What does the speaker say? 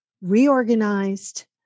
reorganized